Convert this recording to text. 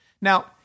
Now